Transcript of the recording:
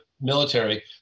military